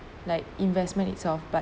like investment itself but